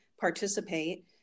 participate